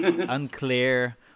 unclear